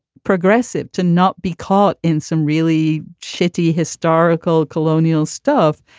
progressive to not be caught in some really shitty historical colonial stuff.